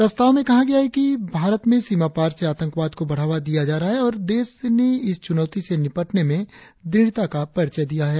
प्रस्ताव में कहा गया है कि भारत में सीमापार से आतंकवाद को बढ़ावा दिया जा रहा है और देश ने इस चुनौती से निपटने में दृढ़ता का परिचय दिया है